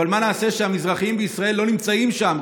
אבל מה נעשה שהמזרחיים בישראל לא נמצאים שם,